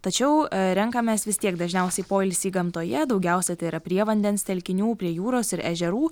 tačiau renkamės vis tiek dažniausiai poilsį gamtoje daugiausia tai yra prie vandens telkinių prie jūros ir ežerų